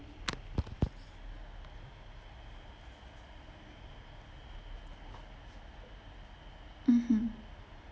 mmhmm